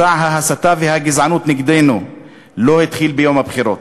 מסע ההסתה והגזענות נגדנו לא התחיל ביום הבחירות,